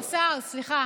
אה, השר, סליחה.